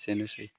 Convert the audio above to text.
एसेनोसै